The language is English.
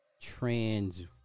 trans